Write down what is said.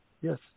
Yes